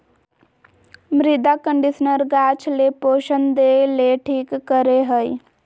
मृदा कंडीशनर गाछ ले पोषण देय ले ठीक करे हइ